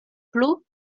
plu